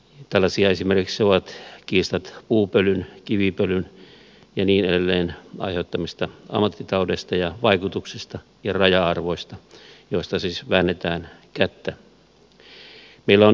tällaisia ovat esimerkiksi kiistat puupölyn kivipölyn ja niin edelleen aiheuttamista ammattitaudeista vaikutuksista ja raja arvoista joista siis väännetään kättä